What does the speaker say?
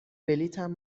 بلیطم